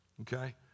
okay